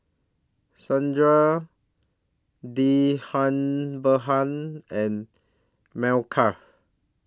Sundar Dhirubhai and Milkha